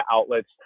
outlets